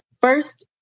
first